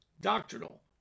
doctrinal